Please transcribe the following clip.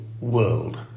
world